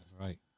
Right